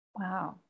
Wow